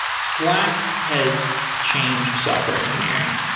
slack has changed software engineering.